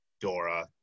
Dora